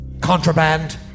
Contraband